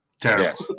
Terrible